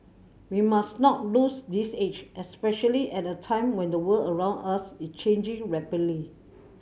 we must not lose this edge especially at a time when the world around us is changing rapidly